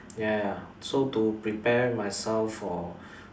ya ya so to prepare myself for